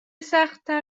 سختتر